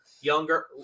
younger